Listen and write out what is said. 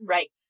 Right